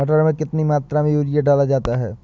मटर में कितनी मात्रा में यूरिया डाला जाता है?